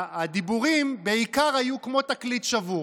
הדיבורים בעיקר היו כמו תקליט שבור,